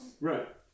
Right